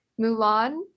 Mulan